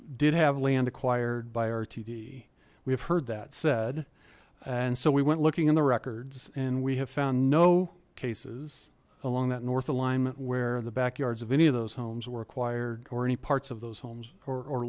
did have land acquired by rtd we have heard that said and so we went looking in the records and we have found no cases along that north alignment where the backyards of any of those homes were acquired or any parts of those homes or